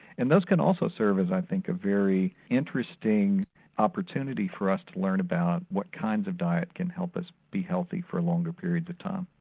and those can also serve as i think a very interesting opportunity for us to learn about what kinds of diet can help us be healthy for longer periods of time.